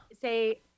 say